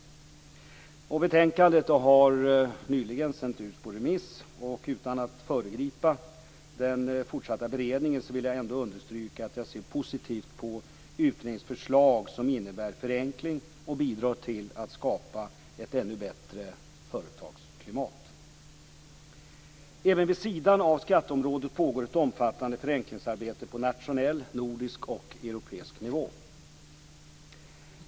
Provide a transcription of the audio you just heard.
Betänkandet har nyligen sänts ut på remiss. Utan att föregripa den fortsatta beredningen vill jag ändå understryka att jag ser positivt på utredningens förslag som innebär förenkling och bidrar till att skapa ett ännu bättre företagsklimat. Även vid sidan av skatteområdet pågår ett omfattande förenklingsarbete på nationell, nordisk och europeisk nivå.